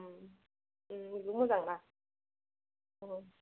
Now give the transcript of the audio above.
उम उम बेबो मोजां ना उम